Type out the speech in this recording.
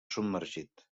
submergit